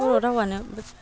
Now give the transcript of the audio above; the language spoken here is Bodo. बर' रावानो